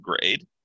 grade